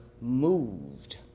moved